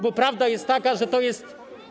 Bo prawda jest taka, że to jest.